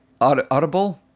audible